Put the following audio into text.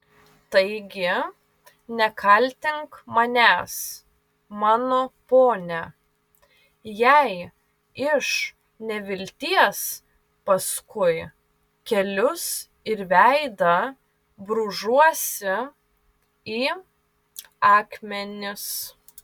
taigi nekaltink manęs mano pone jei iš nevilties paskui kelius ir veidą brūžuosi į akmenis